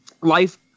Life